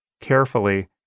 carefully